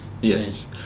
Yes